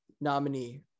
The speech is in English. nominee